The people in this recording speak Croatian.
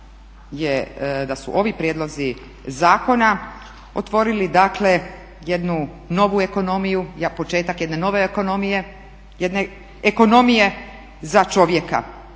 da su ovi prijedlozi zakona otvorili dakle jednu novu ekonomiju, početak jedne nove ekonomije, jedne ekonomije za čovjeka.